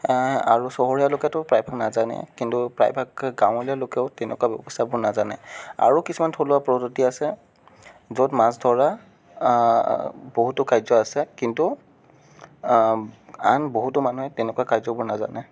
আৰু চহৰীয়া লোকেতো প্ৰায় ভাগ নাজানে কিন্তু প্ৰায় ভাগ গাঁৱলীয়া লোকেও তেনেকুৱা ব্যৱস্থাবোৰ নাজানে আৰু কিছুমান থলুৱা পদ্ধতি আছে য'ত মাছ ধৰা বহুতো কাৰ্য আছে কিন্তু আন বহুতো মানুহে তেনেকুৱা কাৰ্যবোৰ নাজানে